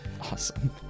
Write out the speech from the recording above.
awesome